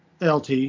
LT